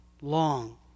long